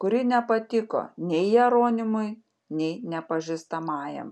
kuri nepatiko nei jeronimui nei nepažįstamajam